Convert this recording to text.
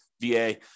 VA